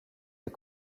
des